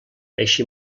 així